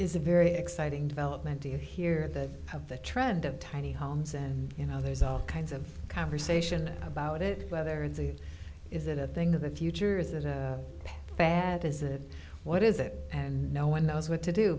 is a very exciting development to hear that of the trend of tiny homes and you know there's all kinds of conversation about it whether there is a thing of the future is it is bad is it what is it and no one knows what to do